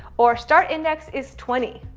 or start-index is twenty.